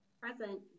Present